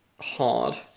hard